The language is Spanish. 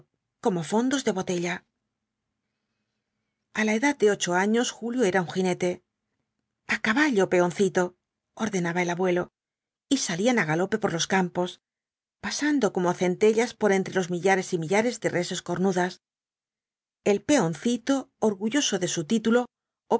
como fondos de botella a la edad de ocho años julio era un jinete a caballo peoncito ordenaba el abuelo y salían á galope por los campos pasando como centellas entre los millares y millares de reses cornudas el peoncito orgulloso de su título